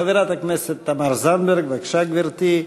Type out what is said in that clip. חברת הכנסת תמר זנדברג, בבקשה, גברתי,